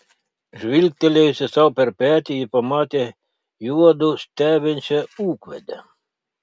žvilgtelėjusi sau per petį ji pamatė juodu stebinčią ūkvedę